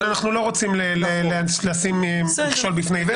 אבל אנחנו לא רוצים לשים מכשול בפני עיוור.